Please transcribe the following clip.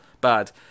Bad